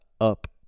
up